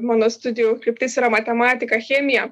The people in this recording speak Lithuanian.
mano studijų kryptis yra matematika chemija